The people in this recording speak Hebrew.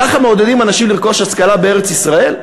ככה מעודדים אנשים לרכוש השכלה בארץ-ישראל?